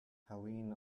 helene